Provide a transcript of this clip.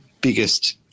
biggest